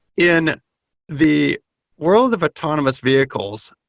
in the world of autonomous vehicles,